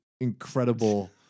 incredible